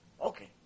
Okay